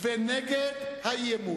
ונגד האי-אמון.